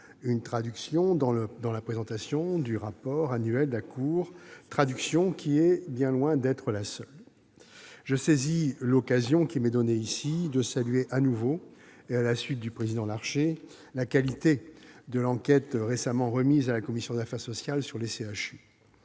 une traduction dans la présentation du rapport public annuel de la Cour des comptes, traduction qui est bien loin d'être la seule. Je saisis l'occasion qui m'est ici donnée pour saluer de nouveau, à la suite du président Larcher, la qualité de l'enquête récemment remise à la commission des affaires sociales sur les